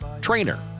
trainer